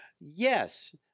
Yes